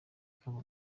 kava